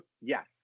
yes